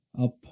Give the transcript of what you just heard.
up